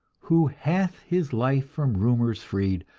who hath his life from rumours freed,